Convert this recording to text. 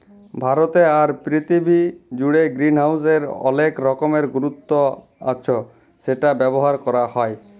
ভারতে আর পীরথিবী জুড়ে গ্রিনহাউসের অলেক রকমের গুরুত্ব আচ্ছ সেটা ব্যবহার ক্যরা হ্যয়